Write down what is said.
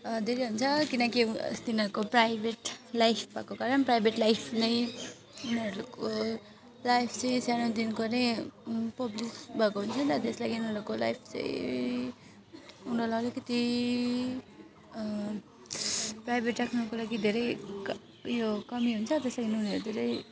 धेरै हुन्छ किनकि तिनीहरूको प्राइभेट लाइफ भएको कारण प्राइभेट लाइफ नै उनीहरूको लाइफ चाहिँ सानोदेखिन्को नै पब्लिक भएको हुन्छ नि त त्यस लागिन् उनीहरूको लाइफ चाहिँ उनीहरूलाई अलिकति प्राइभेट राख्नुको लागि धेरै क ऊ यो कमी हुन्छ त्यस लागिन् उनीहरू धेरै